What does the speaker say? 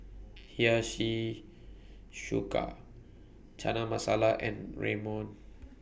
Hiyashi Chuka Chana Masala and Ramyeon